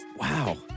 Wow